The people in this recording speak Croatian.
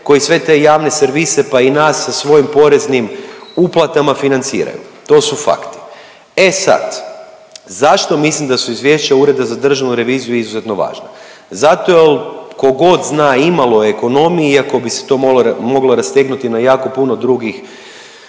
koji sve te javne servise pa i nas sa svojim poreznim uplatama financiraju. To su fakti. E sad, zašto mislim da su izvješća Ureda za državnu reviziju izuzetno važna? Zato jer tko god zna imalo o ekonomiji, iako bi se to moglo rastegnuti na jako puno drugih